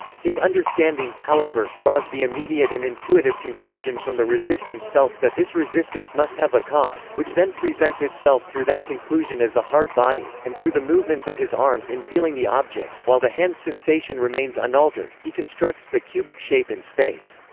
his understanding, however, draws the immediate and intuitive conclusion from the resistance felt, that this resistance must have a cause, which then presents itself through that conclusion as a hard body and through the movements of his arms in feeling the object, while the hand's sensation remains unaltered, he constructs the cubic shape in space.